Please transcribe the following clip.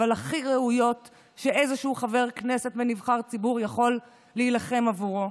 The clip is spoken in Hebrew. אבל הוא הכי ראוי שאיזשהו חבר כנסת ונבחר ציבור יכול להילחם עבורו.